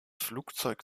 flugzeug